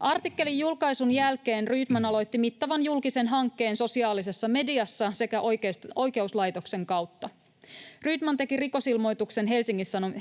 Artikkelin julkaisun jälkeen Rydman aloitti mittavan julkisen hankkeen sosiaalisessa mediassa sekä oikeuslaitoksen kautta. Rydman teki rikosilmoituksen